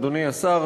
אדוני השר,